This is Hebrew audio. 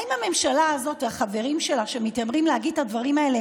האם הממשלה הזאת והחברים שלה שמתיימרים להגיד את הדברים האלה